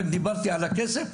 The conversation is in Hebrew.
רק דיברתי על הכסף,